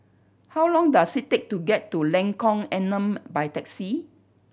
how long does it take to get to Lengkong Enam by taxi